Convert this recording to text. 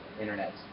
internet